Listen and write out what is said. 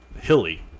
hilly